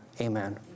amen